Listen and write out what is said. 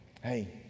Hey